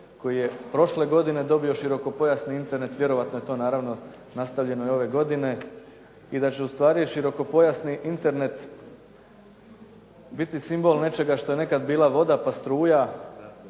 koji je prošle godine dobio širokopojasni Internet, vjerojatno je to naravno nastavljeno i ove godine i da će ustvari širokopojasni Internet biti simbol nečega što je nekada bila voda pa struja,